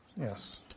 yes